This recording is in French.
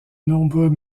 nombreux